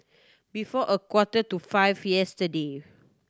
before a quarter to five yesterday